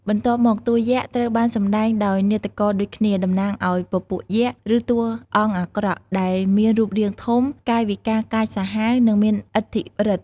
បន្ទាប់មក តួយក្សត្រូវបានសម្ដែងដោយនាដករដូចគ្នា តំណាងឲ្យពពួកយក្ស ឬតួអង្គអាក្រក់ ដែលមានរូបរាងធំ កាយវិការកាចសាហាវ និងមានឥទ្ធិឫទ្ធិ។